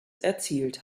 erzielt